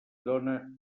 dóna